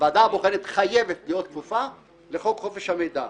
הוועדה הבוחנת חייבת להיות כפופה לחוק חופש המידע.